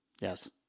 Yes